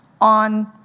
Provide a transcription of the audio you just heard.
on